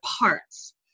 parts